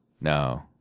No